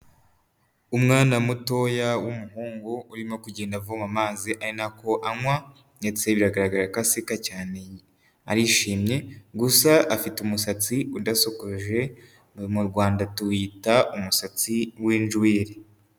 Umwana mutoya w'umuhungu urimo kugenda avoma amazi, ari nako anywa ndetse biragaragara ko aseka cyane arishimye, gusa afite umusatsi udasokoje, uyu mu Rwanda tuwiyita umusatsi w'injwiri.